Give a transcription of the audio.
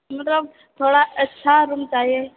मतलब थोड़ा अच्छा रूम चाही